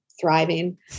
thriving